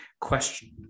question